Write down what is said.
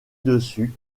dessus